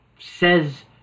says